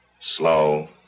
Slow